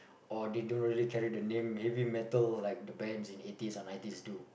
or they don't really carry the name heavy metal like the bands in eighties or nineties do